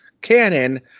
canon